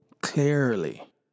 clearly